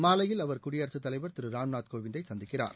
மாலையில் அவர் குடியரசுத் தலைவர் திரு ராம்நாத் கோவிந்தை சந்திக்கிறார்